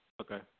Okay